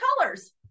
colors